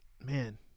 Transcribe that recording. man